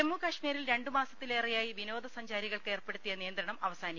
ജമ്മു കശ്മീരിൽ രണ്ടുമാസത്തിലേറെയായി വിനോദസഞ്ചാ രികൾക്ക് ഏർപ്പെടുത്തിയ നിയന്ത്രണം അവസാനിക്കുന്നു